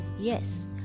Yes